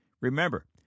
Remember